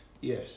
Yes